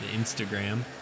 Instagram